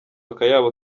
akayabo